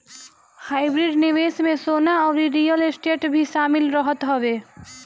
hybrid निवेश में सोना अउरी रियल स्टेट भी शामिल रहत हवे